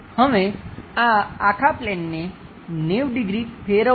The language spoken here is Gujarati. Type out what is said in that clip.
હવે આ આખા પ્લેનને 90 ડિગ્રી ફેરવતા